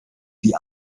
die